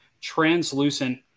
translucent